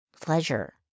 pleasure